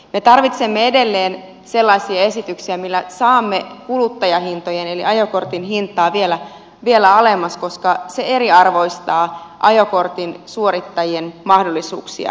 me tarvitsemme edelleen sellaisia esityksiä millä saamme kuluttajahintojen eli ajokortin hintaa vielä alemmas koska se eriarvoistaa ajokortin suorittajien mahdollisuuksia